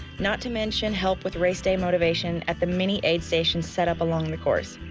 not to mention help with race day motivation at the many aid stations set up along the course.